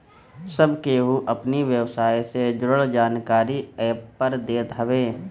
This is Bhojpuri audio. सब केहू अपनी व्यवसाय से जुड़ल जानकारी के एपर देत हवे